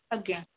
ଆଜ୍ଞା